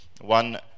one